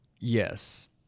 Yes